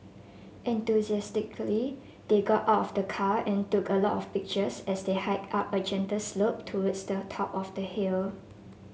enthusiastically they got out of the car and took a lot of pictures as they hiked up a gentle slope towards the top of the hill